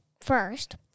first